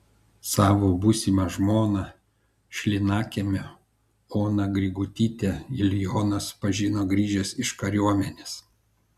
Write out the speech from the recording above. savo būsimą žmoną šlynakiemio oną grigutytę julijonas pažino grįžęs iš kariuomenės